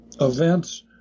events